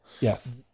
Yes